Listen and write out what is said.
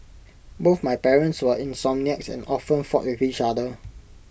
both my parents were insomniacs and often fought with each other